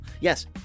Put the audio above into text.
Yes